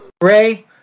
Ray